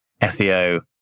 SEO